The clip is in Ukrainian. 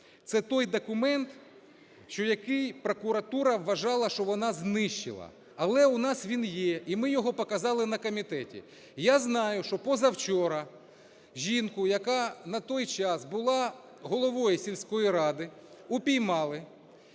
Це той документ, що який прокуратура вважала, що вона знищила, але у нас він є, і ми його показали на комітету. Я знаю, що позавчора жінку, яка на той час була головою сільської ради, упіймали